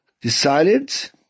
decided